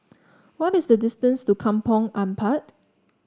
what is the distance to Kampong Ampat